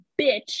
bitch